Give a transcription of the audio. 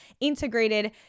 integrated